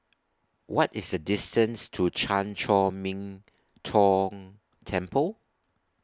What IS The distance to Chan Chor Min Tong Temple